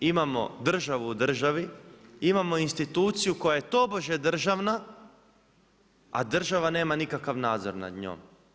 Imamo državu u državu, imamo instituciju koja je tobože državna, a država nema nikakav nadzor nad njom.